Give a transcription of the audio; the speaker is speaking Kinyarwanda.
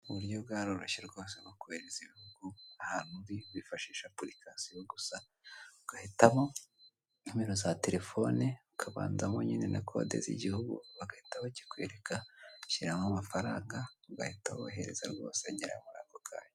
Uburyo bwaroroshye rwose bwo kohereza ibintu utavuye ahantu uri wifashisha apurikasiyo gusa ugahitamo nomero za terefoni ukabanzamo nyine na kode z'igihugu bagahita bakikwereka ugashyiramo amafaranga ugahita wohereza rwose ngira ngo ni ako kanya.